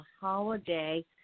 holiday